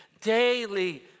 Daily